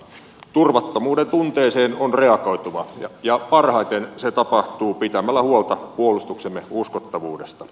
turvattomuuden tunteeseen on reagoitava ja parhaiten se tapahtuu pitämällä huolta puolustuksemme uskottavuudesta